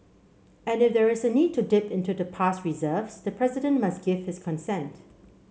and if there is a need to dip into the past reserves the president must give his consent